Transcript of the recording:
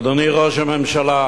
אדוני ראש הממשלה,